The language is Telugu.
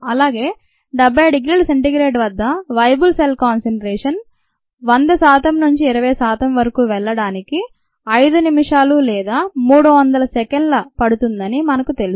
అలాగే 70 డిగ్రీల C వద్ద "వేయబుల్ సెల్ కాన్సెన్ట్రేషన్" 100 శాతం నుండి 20 శాతం వరకు వెళ్ళడానికి 5 నిమిషాలు లేదా 300 వందల సెకన్లు పడుతుందని మనకు తెలుసు